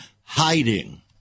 hiding